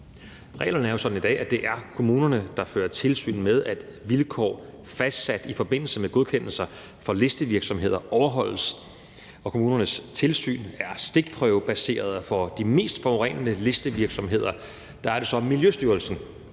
Reglerne er jo sådan i dag, at det er kommunerne, der fører tilsyn med, at vilkår fastsat i forbindelse med godkendelse af listevirksomheder overholdes, og kommunernes tilsyn er stikprøvebaseret, og for de mest forurenende listevirksomheder er det så Miljøstyrelsen,